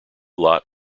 lot